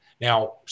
Now